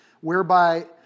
whereby